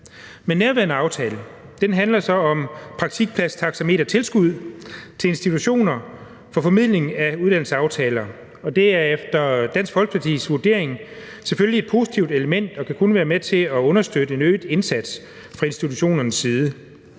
Men netop den her aftale handler så om praktikpladstaxametertilskud til institutioner for formidling af uddannelsesaftaler, og det er efter Dansk Folkepartis vurdering selvfølgelig et positivt element og kan kun være med til at understøtte en øget indsats fra institutionernes side.